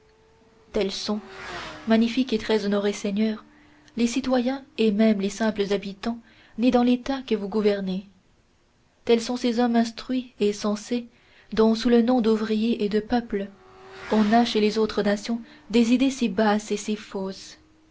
tels sont magnifiques et très honorés seigneurs les citoyens et même les simples habitants nés dans l'état que vous gouvernez tels sont ces hommes instruits et sensés dont sous le nom d'ouvriers et de peuple on a chez les autres nations des idées si basses et si fausses